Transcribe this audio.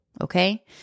Okay